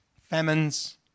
famines